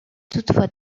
toutefois